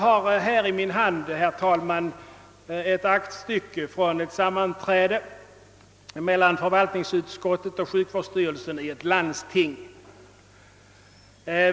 Jag har i min hand ett aktstycke från ett sammanträde mellan förvaltningsutskottet och sjukvårdsstyrelsen i ett landsting.